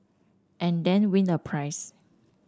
and then win a prize